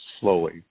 slowly